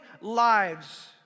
lives